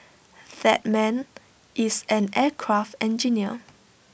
that man is an aircraft engineer